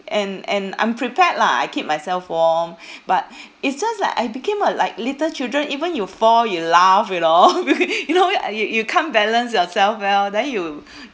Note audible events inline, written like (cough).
and and I'm prepared lah I keep myself warm but is just like I became a like little children even you fall you laugh you know (laughs) becau~ (laughs) you know it (laughs) you you can't balance yourself well then you